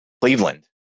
Cleveland